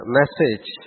message